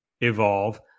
Evolve